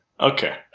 Okay